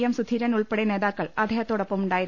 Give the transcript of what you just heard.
M Sudheeran ഉൾപ്പെടെ നേതാക്കൾ അദ്ദേഹത്തോടൊപ്പമുണ്ടായിരുന്നു